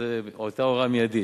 והיתה הוראה מיידית.